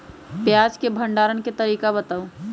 प्याज के भंडारण के तरीका बताऊ?